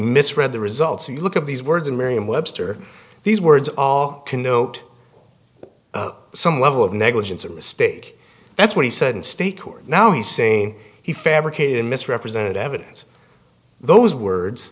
misread the results or you look at these words and merriam webster these words all connote some level of negligence or mistake that's what he said in state court now he's saying he fabricated misrepresented evidence those words